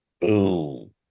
boom